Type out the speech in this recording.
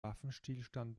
waffenstillstand